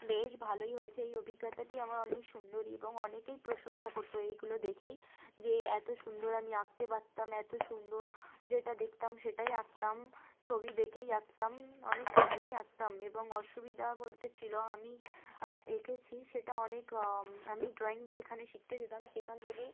বেশ ভালোই হয়েছে এই অভিজ্ঞতাটি আমার অনেক সুন্দরই এবং অনেকেই প্রশংসা করতো এইগুলো দেখেই যে এত সুন্দর আমি আঁকতে পারতাম এত সুন্দর যেটা দেখতাম সেটাই আঁকতাম ছবি দেখেই আঁকতাম অনেক সুন্দরই আঁকতাম এবং অসুবিধা বলতে ছিলো আমি এঁকেছি সেটা অনেক আমি ড্রয়িং যেখানে শিখতে যেতাম সেখান থেকেই